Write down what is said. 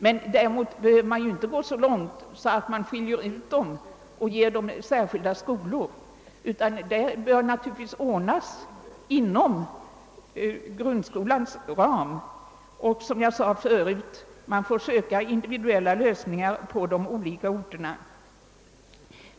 Man behöver därför inte gå så långt, att man ger dessa grupper egna skolor, utan detta kan naturligtvis ordnas inom grundskolans ram. Och, som jag sade förut, man får söka individuella lösningar på de olika orterna.